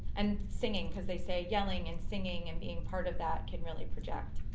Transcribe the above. and singing cause they say yelling and singing and being part of that can really project.